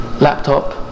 laptop